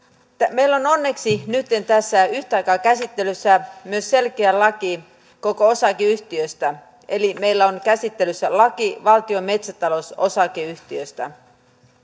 meillä on onneksi nytten yhtä aikaa käsittelyssä myös selkeä laki koko osakeyhtiöstä eli meillä on käsittelyssä laki valtion metsätalous osakeyhtiöstä